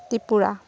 Tripura